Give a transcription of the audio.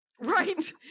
right